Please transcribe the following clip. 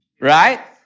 Right